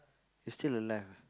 you still alive ah